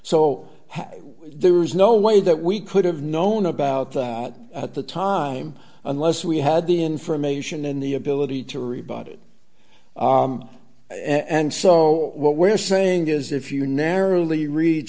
so there was no way that we could have known about that at the time unless we had the information and the ability to rebut it and so what we're saying is if you narrowly read